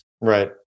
Right